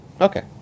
Okay